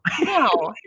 No